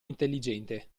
intelligente